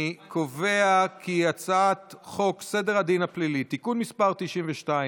אני קובע כי הצעת חוק סדר הדין הפלילי (תיקון מס' 92,